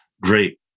great